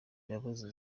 imbabazi